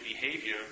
behavior